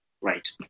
right